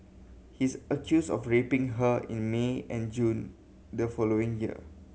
he's accused of raping her in May and June the following year